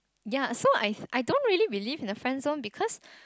ya so I thi~ I don't really believe in the friend zone because